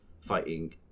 fighting